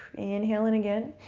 inhale in again.